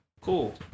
Cool